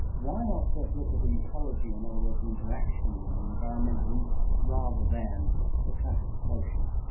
why not just look at the ecology, in other words the interaction and the environmental impact rather than the classification?